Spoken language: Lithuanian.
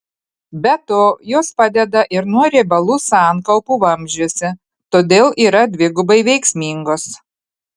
be to jos padeda ir nuo riebalų sankaupų vamzdžiuose todėl yra dvigubai veiksmingos